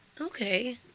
Okay